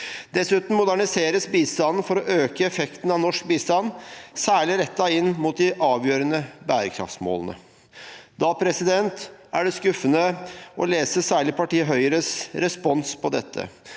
Dessuten moderniseres bistanden for å øke effekten av norsk bistand, særlig rettet inn mot de avgjørende bærekraftsmålene. Da er det skuffende å lese særlig partiet Høyres respons på dette.